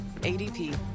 ADP